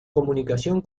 comunicación